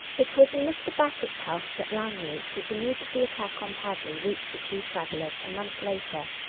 it was in mr. basseti's house at langley that the news of the attack on padley reached the two travellers a month later,